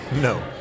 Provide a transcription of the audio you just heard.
No